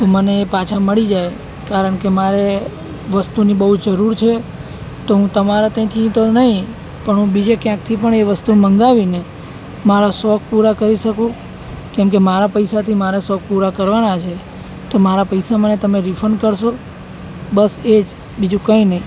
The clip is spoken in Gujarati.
તો મને એ પાછા મળી જાય કારણ કે મારે વસ્તુની બહુ જરૂર છે તો હું તમારા ત્યાંથી તો નહીં પણ હું બીજે ક્યાંકથી પણ એ વસ્તુ મંગાવીને મારા શોખ પૂરા કરી શકું કેમકે મારા પૈસાથી મારા શોખ પૂરા કરવાના છે તો મારા પૈસા મને તમે રિફંડ કરશો બસ એ જ બીજુ કંઈ નઈ